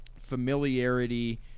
familiarity